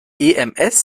ems